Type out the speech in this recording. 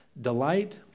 Delight